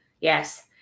Yes